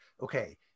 okay